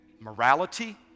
Morality